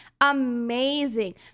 amazing